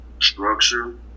structure